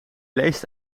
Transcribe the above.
leest